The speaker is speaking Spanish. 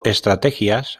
estrategias